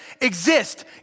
exist